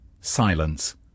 silence